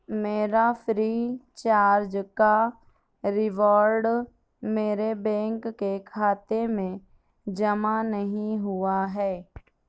میرا free charge کا reward میرے بینک کے کھاتے میں جمع نہیں ہوا ہے